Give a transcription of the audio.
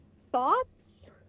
thoughts